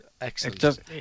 Excellent